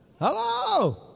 hello